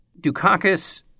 Dukakis